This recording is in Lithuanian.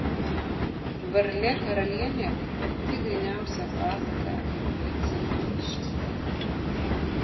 varlė karalienė pati gryniausia pasaka apie princą fetišistą